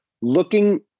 looking